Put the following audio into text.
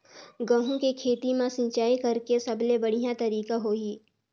गंहू के खेती मां सिंचाई करेके सबले बढ़िया तरीका होही?